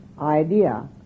idea